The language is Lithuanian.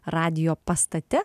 radijo pastate